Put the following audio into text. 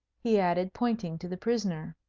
he added, pointing to the prisoner.